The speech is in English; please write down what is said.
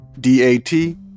D-A-T